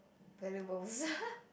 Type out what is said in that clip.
valuables